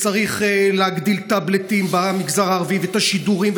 צריך להגדיל טאבלטים במגזר הערבי ואת השידורים,